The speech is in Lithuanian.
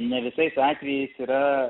ne visais atvejais yra